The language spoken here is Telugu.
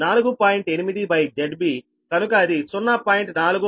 8ZBకనుక అది 0